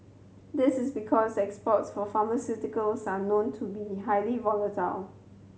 this is because exports for pharmaceuticals are known to be highly volatile